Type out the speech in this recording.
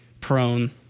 prone